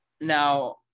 Now